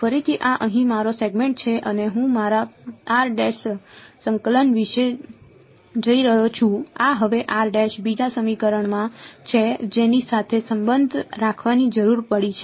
ફરીથી આ અહીં મારો સેગમેન્ટ છે અને હું મારા સંકલન વિશે જઈ રહ્યો છું આ હવે બીજા સમીકરણમાં છે જેની સાથે સંબંધ રાખવાની ફરજ પડી છે